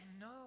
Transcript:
No